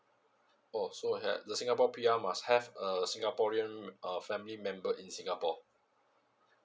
oh so eh the singapore P R must have a singaporean uh family member in singapore